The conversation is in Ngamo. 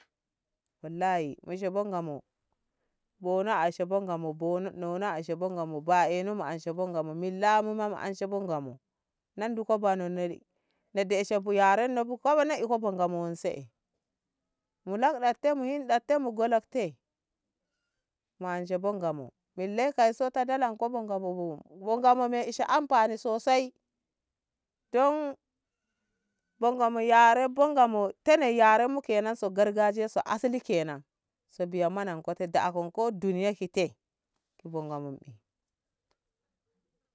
Wallahi mu ashe bo Ngamo bono ashe bo Ngamo nono ashe bo Ngamo ba'eno ashe bo Ngamo millamu ma anshe bo Ngamo na nduko bano na deshe bu yarenno bu ko bono iko bo Ngamo wan se'e mu lakɗenti muyi lakte mu go lakte mu anshe bo Ngamo mille kai son ta dalanko bo Ngamo bo Ngamo me eshi amfani sosai don bo Ngamo yare bo Ngamo bo Ngamo tene yarnmu ke nan to gargajiya to asli ke nan suddiya monanko te de'a kon ko duniya kite ki bo Ngamo.